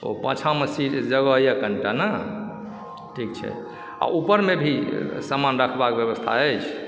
ओ पाछामे सीट जगह यऽ कनी टा ने ठीक छै आओर ऊपरमे भी सामान रखबाके व्यवस्था अछि